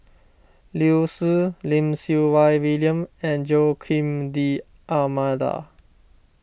Liu Si Lim Siew Wai William and Joaquim D'Almeida